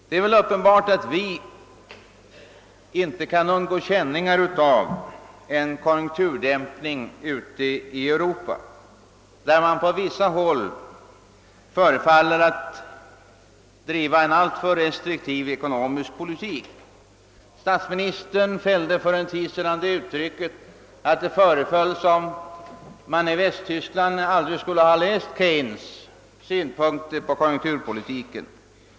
Det är uppenbart att vi inte kan undgå känningar av en konjunkturdämpning ute i Europa, där man på vissa håll förefaller att driva en alltför re striktiv ekonomisk politik. Statsministern fällde för en tid sedan det uttrycket, att det föreföll som om man i Västtyskland aldrig skulle ha läst Keynes” synpunkter på konjunkturpolitiken.